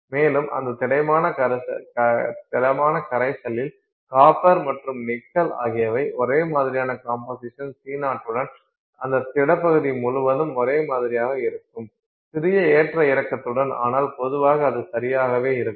மேலும் அந்த திடமான கரைசலில் காப்பர் மற்றும் நிக்கல் ஆகியவை ஒரே மாதிரியான கம்போசிஷன் C0 உடன் அந்த திடப்பகுதி முழுவதும் ஒரே மாதிரியாக இருக்கும் சிறிய ஏற்ற இறக்கத்துடன் ஆனால் பொதுவாக அது சரியாகவே இருக்கும்